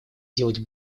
делать